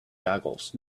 googles